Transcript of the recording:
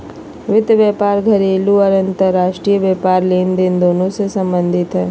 वित्त व्यापार घरेलू आर अंतर्राष्ट्रीय व्यापार लेनदेन दोनों से संबंधित हइ